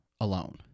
alone